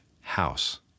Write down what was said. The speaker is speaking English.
house